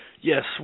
Yes